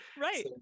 Right